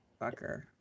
fucker